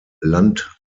landtags